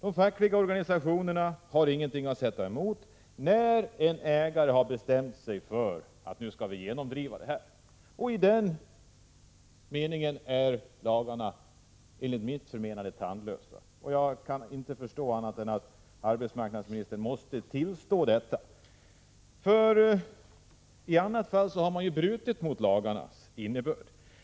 De fackliga organisationerna har ingenting att sätta emot när en ägare har bestämt sig för att genomdriva en nedläggning. I den meningen är lagarna enligt mitt förmenande tandlösa. Jag kan inte förstå annat än att arbetsmarknadsministern måste tillstå detta. I annat fall har man brutit mot lagarnas innebörd.